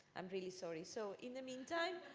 i'm really sorry. so in the meantime,